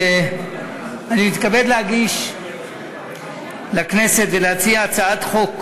אני מתכבד להגיש לכנסת ולהציע הצעת חוק,